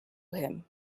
him